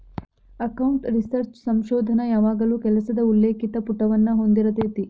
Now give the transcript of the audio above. account research ಸಂಶೋಧನ ಯಾವಾಗಲೂ ಕೆಲಸದ ಉಲ್ಲೇಖಿತ ಪುಟವನ್ನ ಹೊಂದಿರತೆತಿ